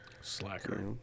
Slacker